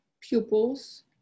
pupils